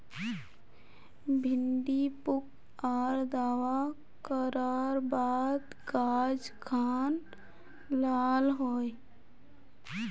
भिन्डी पुक आर दावा करार बात गाज खान लाल होए?